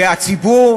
בתקציב.